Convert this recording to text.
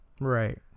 Right